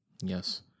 Yes